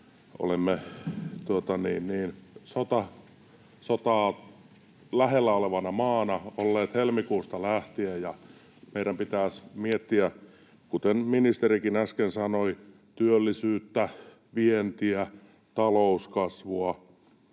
olemme sotaa lähellä olevana maana olleet helmikuusta lähtien ja meidän pitäisi miettiä, kuten ministerikin äsken sanoi, työllisyyttä, vientiä, talouskasvua